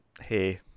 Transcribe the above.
hey